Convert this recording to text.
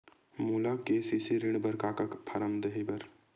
मोला के.सी.सी ऋण बर का का फारम दही बर?